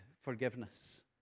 forgiveness